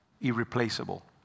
irreplaceable